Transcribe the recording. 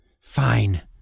Fine